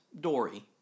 Dory